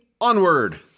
Onward